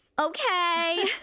Okay